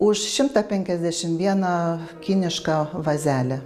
už šimtą penkiasdešimt vieną kinišką vazelę